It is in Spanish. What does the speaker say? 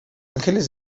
ángeles